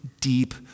deep